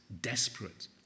desperate